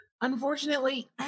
Unfortunately